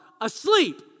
asleep